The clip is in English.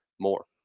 more